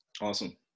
Awesome